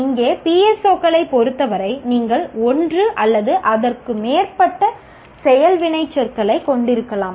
இங்கே PSO களைப் பொருத்தவரை நீங்கள் ஒன்று அல்லது அதற்கு மேற்பட்ட செயல் வினைச்சொற்களைக் கொண்டிருக்கலாம்